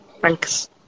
thanks